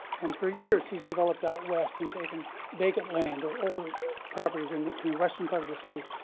and for years he's developed out west and taken vacant land or older properties in the western part of the city.